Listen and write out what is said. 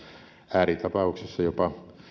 ääritapauksissa jopa